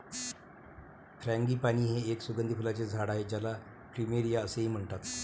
frangipani हे एक सुगंधी फुलांचे झाड आहे ज्याला प्लुमेरिया असेही म्हणतात